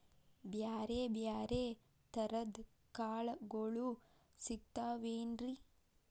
ಬ್ಯಾರೆ ಬ್ಯಾರೆ ತರದ್ ಕಾಳಗೊಳು ಸಿಗತಾವೇನ್ರಿ?